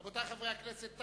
רבותי חברי הכנסת,